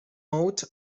out